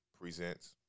presents